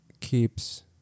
keeps